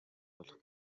болох